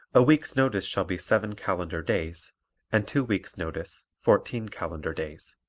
a week's notice shall be seven calendar days and two weeks' notice fourteen calendar days.